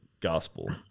gospel